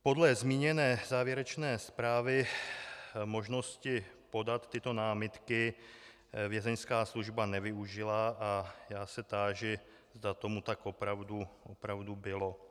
Podle zmíněné závěrečné zprávy možnosti podat tyto námitky Vězeňská služba nevyužila a já se táži, zda tomu tak opravdu bylo.